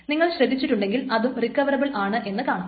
നിങ്ങൾ ശ്രദ്ധിച്ചിട്ടുണ്ടെങ്കിൽ അതും റിക്കവറബിൾ ആണെന്നു കാണാം